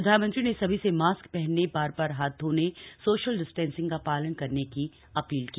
प्रधानमंत्री ने सभी से मास्क पहनने बार बार हाथ धोने सोशल डिस्टेंसिंग का पालन करने की अपील की